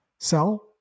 sell